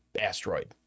asteroid